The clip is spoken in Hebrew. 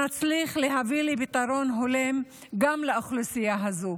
שנצליח להביא לפתרון הולם גם לאוכלוסייה הזו.